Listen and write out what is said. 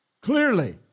clearly